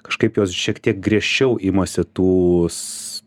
kažkaip jos šiek tiek griežčiau imasi tų s